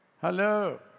Hello